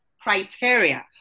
criteria